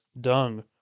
dung